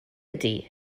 ydy